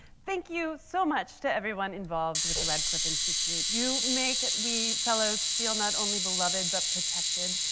thank you so much to everyone involved with the radcliffe institute. you make we fellows feel not only beloved but protected,